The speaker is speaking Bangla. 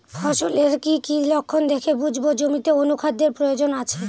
ফসলের কি কি লক্ষণ দেখে বুঝব জমিতে অনুখাদ্যের প্রয়োজন আছে?